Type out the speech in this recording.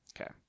Okay